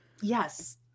Yes